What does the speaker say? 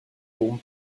dom